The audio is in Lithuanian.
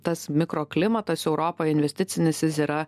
tas mikroklimatas europoj investicinis jis yra